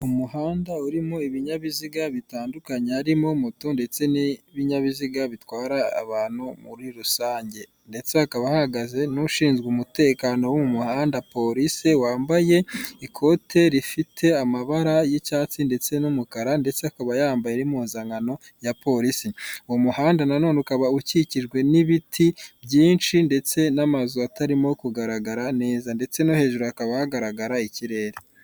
Umuhanda urimo ibinyabiziga bitandukanye, harimo moto ndetse n'ibinyabiziga bitwara abantu muri rusange, ndetse hakaba hahagaze n'ushinzwe umutekano wo mu muhanda porisi, wambaye ikote rifite amabara y'icyatsi ndetse n'umukara, ndetse akaba yambaye n'impimpuzankano ya porisi. Uwo muhanda nanone ukaba ukikijwe n'ibiti byinshi ndetse n'amazu atarimo kugaragara neza, ndetse no hejuru hakaba hagaragara ikirere.